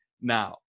Now